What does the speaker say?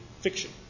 fiction